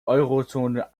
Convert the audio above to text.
eurozone